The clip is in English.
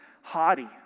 Haughty